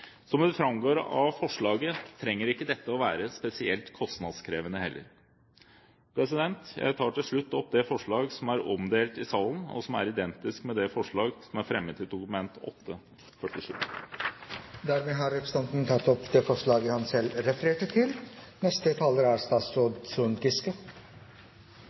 Som det framgår av forslaget, trenger ikke dette å være spesielt kostnadskrevende heller. Jeg tar til slutt opp det forslag som er omdelt i salen, og som er identisk med det forslag som er fremmet i Dokument 8:47 S. Representanten Ola Elvestuen har tatt opp det forslaget han refererte til. Det er